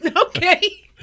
Okay